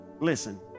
listen